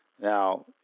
Now